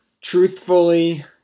Truthfully